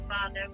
Father